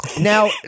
Now